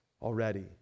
already